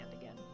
again